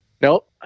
Nope